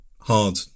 hard